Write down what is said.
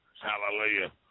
Hallelujah